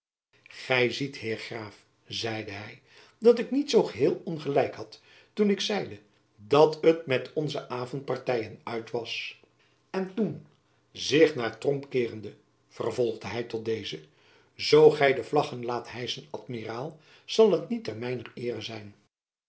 gy ziet heer graaf zeide hy dat ik niet zoo geheel ongelijk had toen ik zeide dat het met onze avondpartyen uit was en toen zich naar tromp keerende vervolgde hy tot dezen zoo gy de vlaggen laat hijschen amiraal zal het niet ter mijner eere zijn